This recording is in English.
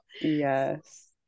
Yes